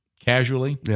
casually